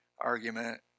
argument